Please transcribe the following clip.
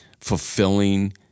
fulfilling